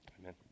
Amen